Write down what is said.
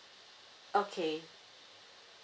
okay